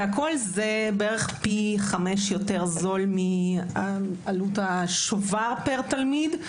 וכל זה בערך פי חמישה יותר זול מעלות השובר פר תלמיד.